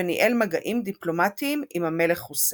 וניהל מגעים דיפלומטיים עם המלך חוסיין.